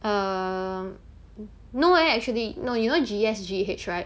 err no eh actually no you know G_E_S G_E_H right